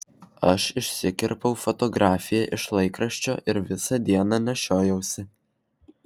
aš išsikirpau fotografiją iš laikraščio ir visą dieną nešiojausi